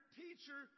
teacher